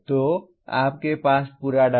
तो आपके पास पूरा डाटा है